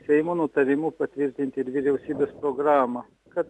seimo nutarimu patvirtinti ir vyriausybės programą kad